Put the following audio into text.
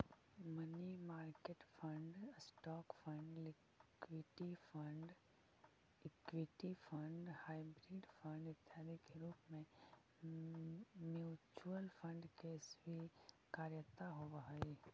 money market fund, stock fund, equity fund, hybrid fund इत्यादि के रूप में म्यूचुअल फंड के स्वीकार्यता होवऽ हई